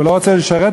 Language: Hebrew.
הוא לא רוצה לשרת,